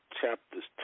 chapters